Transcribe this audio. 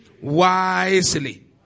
wisely